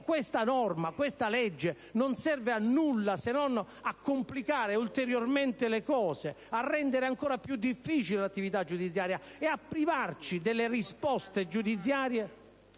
Questa norma, questa legge non serve a nulla, se non a complicare ulteriormente la situazione, a rendere ancora più difficile l'attività giudiziaria e a privarci delle risposte giudiziarie